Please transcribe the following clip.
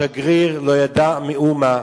השגריר לא ידע מאומה.